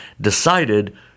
decided